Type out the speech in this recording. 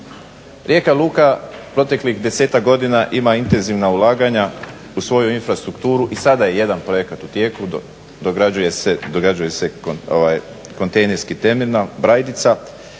Rijeka luka proteklih 10-tak godina ima intenzivna ulaganja u svoju infrastrukturu i sada je jedan projekt u tijeku, dograđuje se kontejnerski temeljna brajdica